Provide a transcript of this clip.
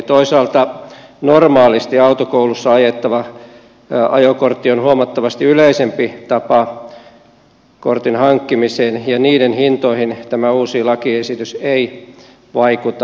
toisaalta normaalisti autokoulussa ajettava ajokortti on huomattavasti yleisempi tapa kortin hankkimiseen ja niiden hintoihin tämä uusi lakiesitys ei vaikuta